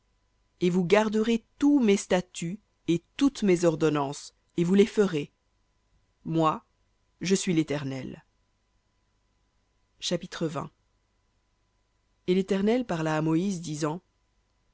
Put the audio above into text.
et vous garderez tous mes statuts et toutes mes ordonnances et vous les ferez moi je suis l'éternel chapitre et l'éternel parla à moïse disant